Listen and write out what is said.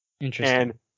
Interesting